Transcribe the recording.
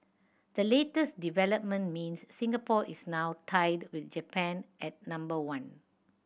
the latest development means Singapore is now tied with Japan at number one